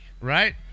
Right